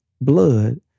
blood